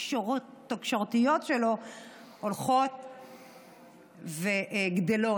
התקשורתיות שלו הולכת וגדלה.